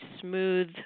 smooth